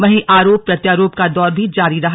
वहीं आरोप प्रत्यारोप का दौर भी जारी रहा